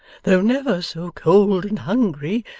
though never so cold and hungry,